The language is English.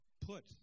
Put